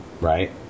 right